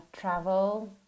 Travel